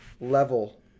level